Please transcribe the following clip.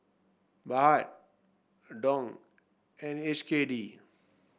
Baht Dong and H K D